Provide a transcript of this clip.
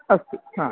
अस्तु हा